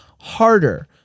harder